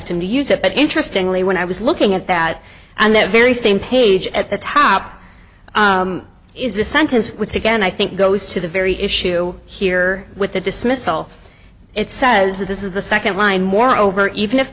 him to use it but interestingly when i was looking at that and that very same page at the top is the sentence again i think goes to the very issue here with the dismissal it says that this is the second line more over even if